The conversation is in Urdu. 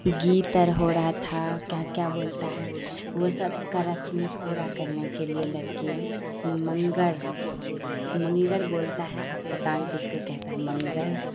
گیتر ہو رہا تھا کیا کیا بولتا ہے وہ سب کا رسم پورا کرنے کے لیے لڑکی منگر منگر بولتا ہے آپ پتہ نہیں کس کو کہتے ہیں منگر